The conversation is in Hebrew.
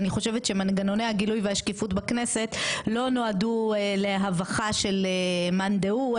אני חושבת שמנגנוני הגילוי והשקיפות בכנסת לא נועדו להבכה של מאן דהו,